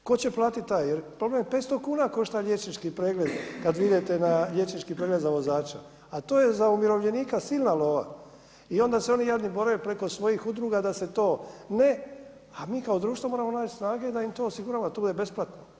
Tko će platiti taj jer problem je 500 kuna košta liječnički pregled kad vi idete na liječnički pregled za vozača a to je za umirovljenika silna lova i onda se oni jadni bore preko svojih udruga da se to ne, a mi kao društvo moramo naći snage da im to osiguramo jer to je besplatno.